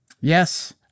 Yes